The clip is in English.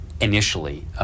initially